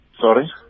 Sorry